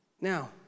Now